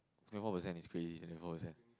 twenty four percent is crazy twenty four percent